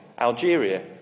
Algeria